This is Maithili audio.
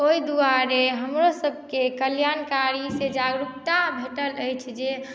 ओहि दुआरे हमरोसभकेँ कल्याणकारी से जागरूकता भेटल अछि जे